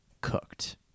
cooked